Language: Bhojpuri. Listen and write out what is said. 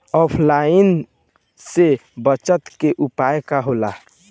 ऑफलाइनसे बचाव के उपाय का होला?